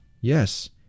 Yes